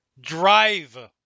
drive